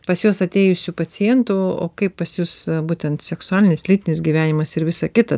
pas juos atėjusių pacientų o kaip pas jus būtent seksualinis lytinis gyvenimas ir visa kita